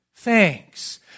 Thanks